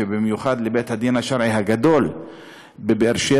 ובמיוחד לבית-הדין השרעי הגדול בבאר-שבע,